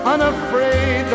Unafraid